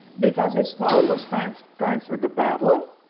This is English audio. because his throne was transferred transferred to babylon,